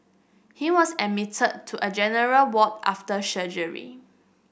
he was admitted to a general ward after surgery